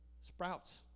sprouts